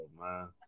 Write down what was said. man